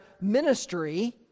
ministry